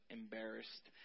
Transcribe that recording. embarrassed